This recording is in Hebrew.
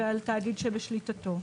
ועל תאגיד שבשליטתו.